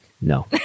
No